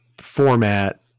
format